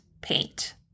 paint